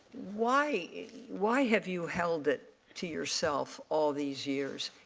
why why have you held it to yourself all these years?